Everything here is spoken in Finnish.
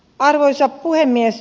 arvoisa puhemies